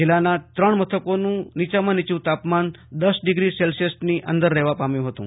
જિલ્લાના ત્રણ મથકોનું નીચામાં નીચુ તાપમાન દસ ડિગ્રી સેલસિયન્સની અંદર રહેવા પામ્યુ હતું